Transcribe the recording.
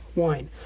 wine